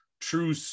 true